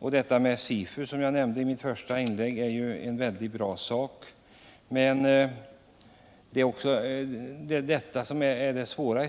redovisade. Flyttningen av industriverkets SIFU-enhet är, som jag nämnde i mitt första inlägg, ett exempel.